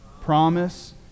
promise